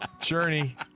Journey